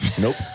Nope